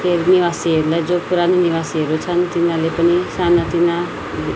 निवासीहरूलाई जो पुरानो निवासीहरू छन् तिनीहरूले पनि साना तिना